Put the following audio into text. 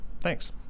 Thanks